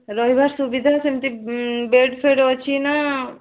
ରହିବା ସୁବିଧା ସେମିତି ବେଡ଼୍ ଫେଡ଼୍ ଅଛି ନା